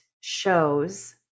shows